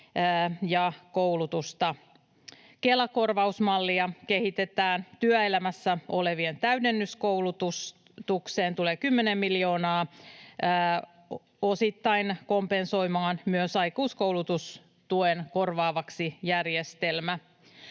ja koulutusta. Kela-korvausmallia kehitetään. Työelämässä olevien täydennyskoulutukseen tulee kymmenen miljoonaa, osittain kompensoimaan myös aikuiskoulutustukijärjestelmää.